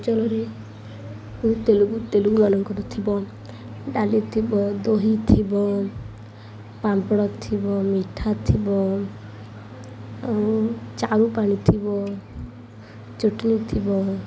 ଅଞ୍ଚଳରେ ତେଲୁଗୁ ତେଲୁଗୁ ମାନଙ୍କର ଥିବ ଡାଲି ଥିବ ଦହି ଥିବ ପାମ୍ପଡ଼ ଥିବ ମିଠା ଥିବ ଆଉ ଚାରୁ ପାଣି ଥିବ ଚଟଣିି ଥିବ